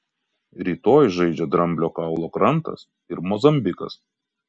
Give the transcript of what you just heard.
rytoj žaidžia dramblio kaulo krantas ir mozambikas